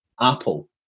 Apple